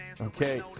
Okay